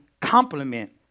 complement